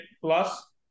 plus